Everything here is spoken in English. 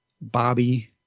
Bobby